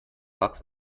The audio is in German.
wachs